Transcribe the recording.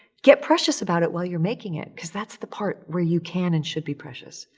get precious about it while you're making it, because that's the part where you can and should be precious.